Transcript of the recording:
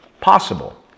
possible